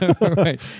Right